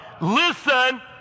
Listen